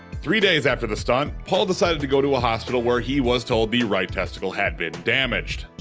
three days after the stunt, paul decided to go to a hospital where he was told the right testicle had been damaged.